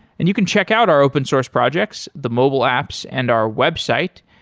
and you can check out our open source projects, the mobile apps and our website.